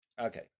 Okay